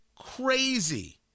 crazy